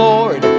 Lord